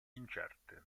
incerte